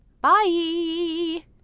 Bye